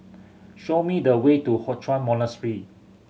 show me the way to Hock Chuan Monastery